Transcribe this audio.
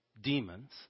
demons